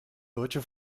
deutsche